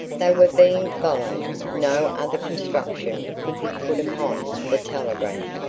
they were being followed! no other construction could be put upon the telegram.